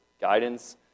guidance